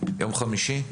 יום חמישי,